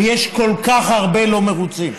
ויש כל כך הרבה לא מרוצים.